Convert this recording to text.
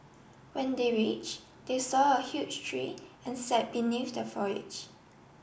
when they reach they saw a huge tree and sat beneath the foliage